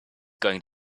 going